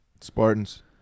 Spartans